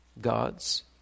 God's